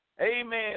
amen